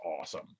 awesome